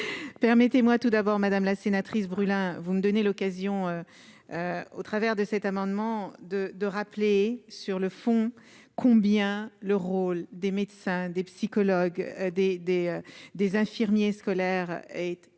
permettez-moi tout d'abord, Madame la sénatrice Brulin, vous me donnez l'occasion au travers de cet amendement de de rappeler sur le fond, combien le rôle des médecins, des psychologues, des, des, des infirmiers scolaires est